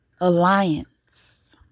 alliance